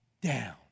down